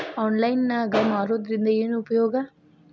Online ನಾಗ್ ಮಾರೋದ್ರಿಂದ ಏನು ಉಪಯೋಗ?